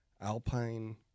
alpine